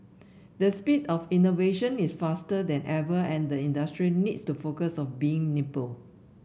the speed of innovation is faster than ever and the industry needs to focus on being nimble